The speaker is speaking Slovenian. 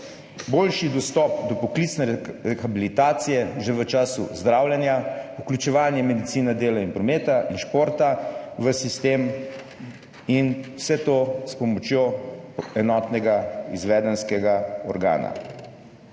boljši dostop do poklicne rehabilitacije že v času zdravljenja, vključevanje medicine dela in prometa in športa v sistem, vse to s pomočjo enotnega izvedenskega organa.